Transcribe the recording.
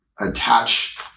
attach